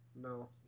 No